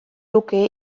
luke